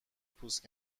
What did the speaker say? پوست